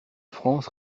france